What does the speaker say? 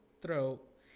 throat